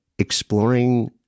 exploring